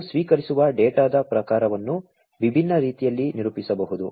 ನಾವು ಸ್ವೀಕರಿಸುವ ಡೇಟಾದ ಪ್ರಕಾರವನ್ನು ವಿಭಿನ್ನ ರೀತಿಯಲ್ಲಿ ನಿರೂಪಿಸಬಹುದು